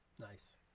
Nice